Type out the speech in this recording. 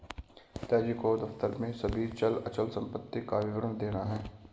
पिताजी को दफ्तर में सभी चल अचल संपत्ति का विवरण देना है